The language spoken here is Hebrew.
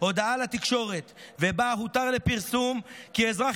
הודעה לתקשורת שבה הותר לפרסום כי אזרח